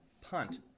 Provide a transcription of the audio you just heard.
punt